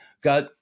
got